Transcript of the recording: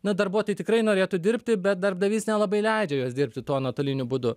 na darbuotojai tikrai norėtų dirbti bet darbdavys nelabai leidžia juos dirbti tuo nuotoliniu būdu